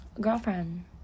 girlfriend